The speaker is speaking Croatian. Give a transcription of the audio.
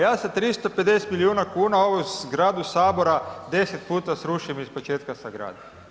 Ja sa 350 milijuna kuna, ovu zgradu Sabora 10 puta srušim i iz početka sagradim.